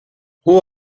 who